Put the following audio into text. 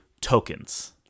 tokens